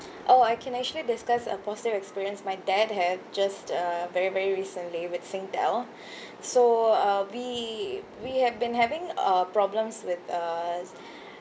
oh I can actually discuss a positive experience my dad had just uh very very recently with Singtel so uh we we have been having uh problems with uh